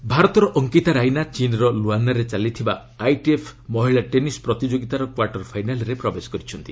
tennis ଭାରତର ଅଙ୍କିତା ରାଇନା ଚୀନ୍ର ଲୁଆନରେ ଚାଲିଥିବା ଆଇଟିଏଫ୍ ମହିଳା ଟେନିସ୍ ପ୍ରତିଯୋଗିତାର କ୍ୱାର୍ଟର ଫାଇନାଲ୍ରେ ପ୍ରବେଶ କରିଛନ୍ତି